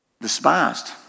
despised